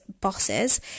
bosses